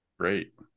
great